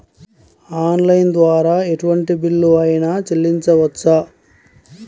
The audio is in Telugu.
ఆన్లైన్ ద్వారా ఎటువంటి బిల్లు అయినా చెల్లించవచ్చా?